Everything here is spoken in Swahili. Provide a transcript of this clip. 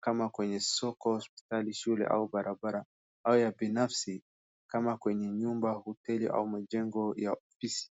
kama kwenye soko, hospitali, shule au barabara au ya binafsi kama kwenye nyumba, hoteli au majengo ya ofisi.